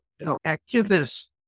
activist